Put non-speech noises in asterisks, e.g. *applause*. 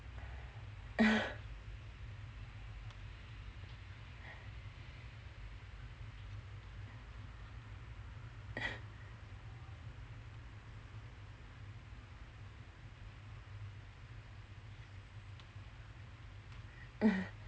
*laughs*